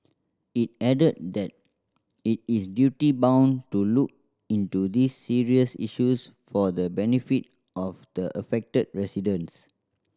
it added that it is duty bound to look into these serious issues for the benefit of the affected residents